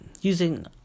using